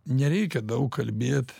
nereikia daug kalbėt